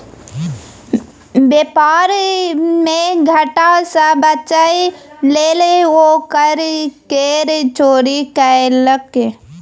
बेपार मे घाटा सँ बचय लेल ओ कर केर चोरी केलकै